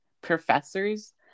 professors